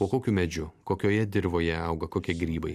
po kokiu medžiu kokioje dirvoje auga kokie grybai